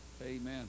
Amen